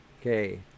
Okay